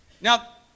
Now